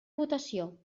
votació